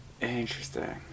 Interesting